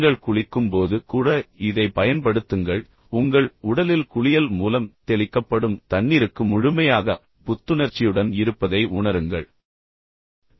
நீங்கள் குளிக்கும்போது கூட இதைப் பயன்படுத்துங்கள் உங்கள் உடலில் குளியல் மூலம் தெளிக்கப்படும் தண்ணீருக்கு முழுமையாக புத்துணர்ச்சியுடன் இருப்பதை உணருங்கள்